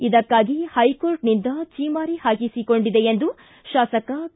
ಇದಕ್ಷಾಗಿ ಪೈಕೋರ್ಟ್ನಿಂದ ಛೀಮಾರಿ ಹಾಕಿಸಿಕೊಂಡಿದೆ ಎಂದು ಶಾಸಕ ಕೆ